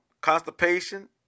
constipation